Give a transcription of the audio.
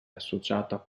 associata